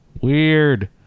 Weird